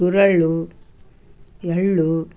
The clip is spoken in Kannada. ಗುರೆಳ್ಳು ಎಳ್ಳು